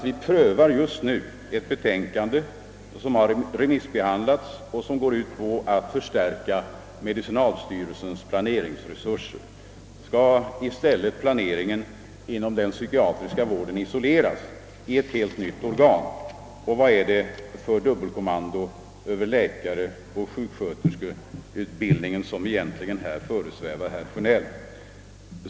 Vi prövar just nu ett betänkande, som remissbehandlats och som går ut på att förstärka medicinalstyrelsens planeringsresurser. Skall i stället planeringen inom den psykiatriska vården isoleras i ett helt nytt organ? Och vad är det för dubbelkommando över läkaroch sjuksköterskeutbildningen som egentligen här föresvävar herr Sjönell?